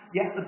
Yes